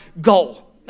goal